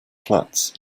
flats